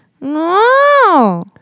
No